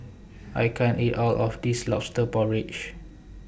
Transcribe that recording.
I can't eat All of This Lobster Porridge